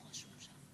חברי חברי הכנסת,